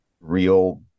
real